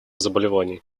заболеваний